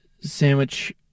sandwich